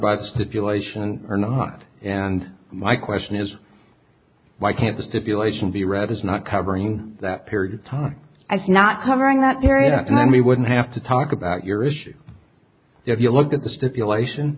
by the stipulation or not and my question is why can't the stipulation be read as not covering that period of time as not covering that period up and then we wouldn't have to talk about your issue if you looked at the stipulation